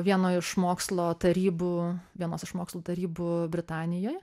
vieno iš mokslo tarybų vienos iš mokslo tarybų britanijoj